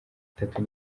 itatu